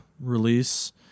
release